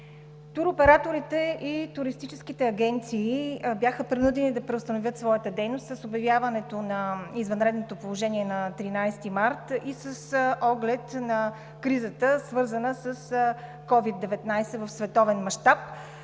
Туроператорите и туристическите агенции бяха принудени да преустановят своята дейност с обявяването на извънредното положение на 13 март и с оглед на кризата, свързана с COVID-19 в световен мащаб.